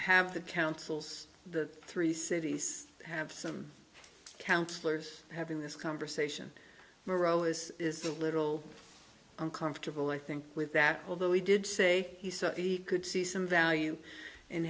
have the councils the three cities have some councilors having this conversation morrow is a little uncomfortable i think with that although he did say he said he could see some value in